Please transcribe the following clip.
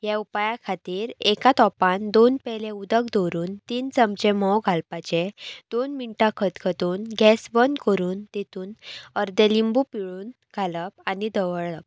ह्या उपाया खातीर एका तोपान दोन पेले उदक दवरून तीन चमचे म्होंव घालपाचें दोन मिनटां खतखतून गॅस बंद करून तितून अर्दो लिंबू पिळून घालप आनी धवळप